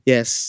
Yes